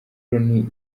loni